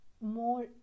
more